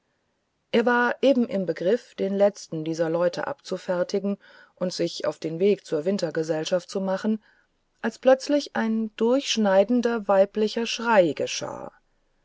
er war eben im begriff den letzten dieser leute abzufertigen und sich auf den weg zur wintergesellschaft zu machen als plötzlich ein durchschneidender weiblicher schrei geschah